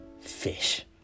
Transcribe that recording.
fish